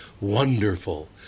wonderful